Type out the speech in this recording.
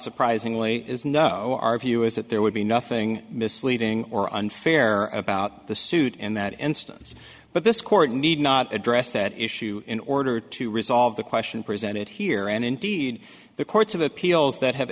surprisingly is no our view is that there would be nothing misleading or unfair about the suit in that instance but this court need not address that issue in order to resolve the question presented here and indeed the courts of appeals that have